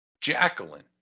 jacqueline